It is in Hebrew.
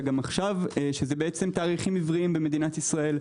גם עכשיו תאריכים עבריים במדינת ישראל,